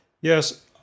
Yes